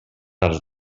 als